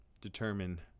determine